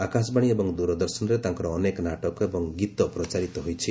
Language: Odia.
ଆକାଶବାଣୀ ଏବଂ ଦୂରଦର୍ଶନରେ ତାଙ୍କର ଅନେକ ନାଟକ ଏବଂ ଗୀତ ପ୍ରଚାରିତ ହୋଇଛି